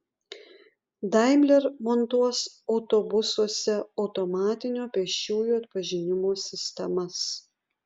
daimler montuos autobusuose automatinio pėsčiųjų atpažinimo sistemas